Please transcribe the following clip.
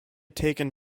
taken